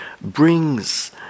brings